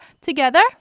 together